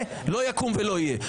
זה לא יקום ולא יהיה.